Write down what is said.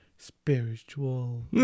Spiritual